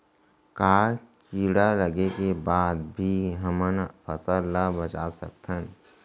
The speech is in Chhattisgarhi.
का कीड़ा लगे के बाद भी हमन फसल ल बचा सकथन?